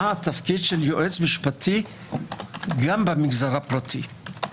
מה התפקיד של יועץ משפטי גם במגזר הפרטי.